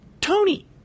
Tony